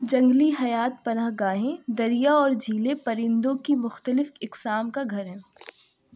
جنگَلی حيات پناہ گاہیں دریا اور جھیلیں پرندوں کی مختلف اقسام کا گھر ہیں